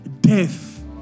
death